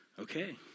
okay